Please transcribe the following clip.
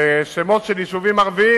ושמות של יישובים ערביים,